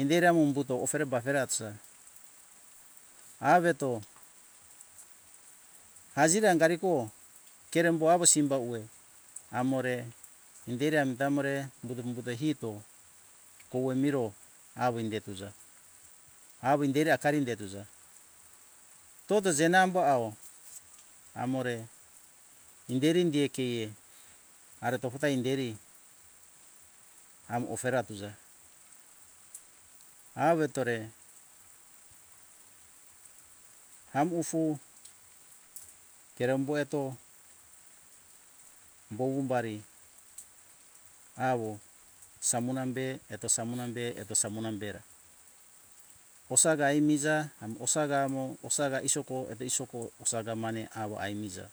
inderi amo umbuto ofere bafere atusa aveto azira angari ko kerembo awo simbawe amore inderi amita amore umbuto - umbuto hito kowe miro awe inde tuza awo inderi akari inde tuza tota semambo awo amore inderi gekeie ara toputa inderi amo ofera tuza awetore ambufu kerembo eto bowu bari awo samona be eto samona be eto samona bera osaga aimiza amo osaga amo osaga isoko eto isoko osaga mane awo aimiza